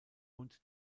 und